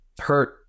hurt